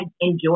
enjoy